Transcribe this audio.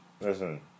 listen